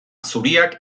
zuriak